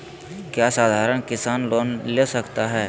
क्या साधरण किसान लोन ले सकता है?